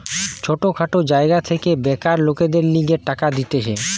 ছোট খাটো জায়গা থেকে বেকার লোকদের লিগে টাকা দিতেছে